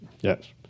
Yes